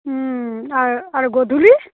আৰু আৰু গধূলি